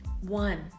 One